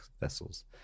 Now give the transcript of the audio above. vessels